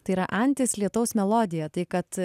tai yra antis lietaus melodija tai kad